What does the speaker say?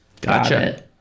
Gotcha